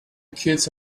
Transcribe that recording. kids